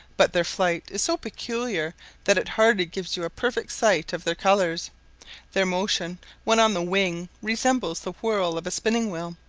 but their flight is so peculiar that it hardly gives you a perfect sight of their colours their motion when on the wing resembles the whirl of a spinning-wheel,